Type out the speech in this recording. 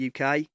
uk